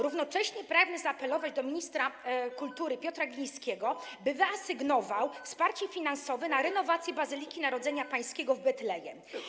Równocześnie pragnę zaapelować do ministra kultury Piotra Glińskiego, by wyasygnował środki na wsparcie finansowe renowacji Bazyliki Narodzenia Pańskiego w Betlejem.